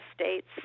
states